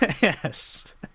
Yes